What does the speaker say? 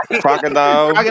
Crocodile